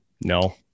No